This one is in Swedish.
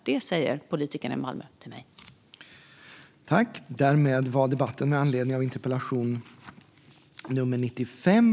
Det säger politikerna i Malmö till mig.